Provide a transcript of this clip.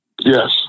Yes